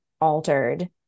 altered